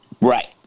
Right